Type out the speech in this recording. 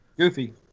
Goofy